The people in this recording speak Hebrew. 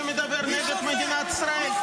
אתם אפילו לא שמים לב כמה רעש אתם עושים.